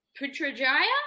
Putrajaya